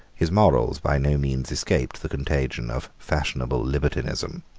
his morals by no means escaped the contagion of fashionable libertinism.